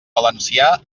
valencià